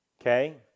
okay